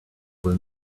will